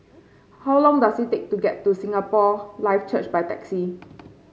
how long does it take to get to Singapore Life Church by taxi